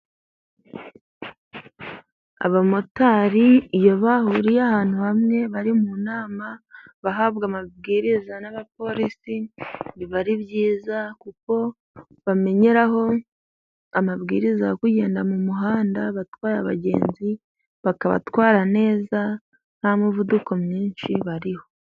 Abamotari iyo bahuriye ahantu bamwe ,bari mu nama bahabwa amabwiriza n'abapolisi ,biba ari byiza kuko bamenyeraho amabwiriza yo kugenda mu muhanda batwaye abagenzi . Bakabatwara neza nta muvuduko mwinshi bariho.